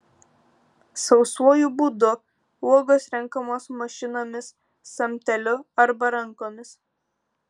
sausuoju būdu uogos renkamos mašinomis samteliu arba rankomis